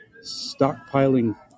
stockpiling